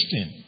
16